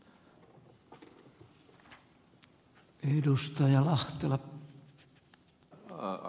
arvoisa puhemies